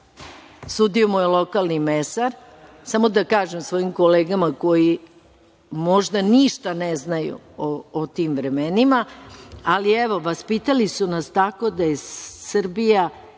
sudio mu je lokalni mesar. Samo da kažem svojim kolegama koji možda ništa ne znaju o tim vremena, ali evo, vaspitali su nas tako da je Srbija